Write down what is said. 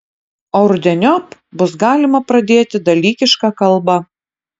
o rudeniop bus galima pradėti dalykišką kalbą